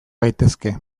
gaitezke